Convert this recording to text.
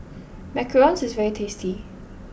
macarons is very tasty